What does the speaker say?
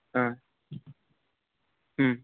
हा